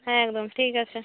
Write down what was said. হ্যাঁ একদম ঠিক আছে